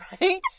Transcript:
Right